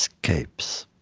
escapes,